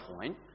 point